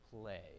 play